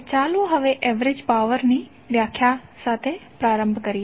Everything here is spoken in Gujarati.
તો ચાલો હવે એવરેજ પાવર ની વ્યાખ્યા સાથે પ્રારંભ કરીએ